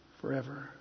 forever